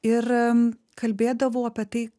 ir kalbėdavau apie tai